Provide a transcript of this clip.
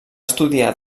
estudiar